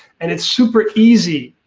and it's super easy,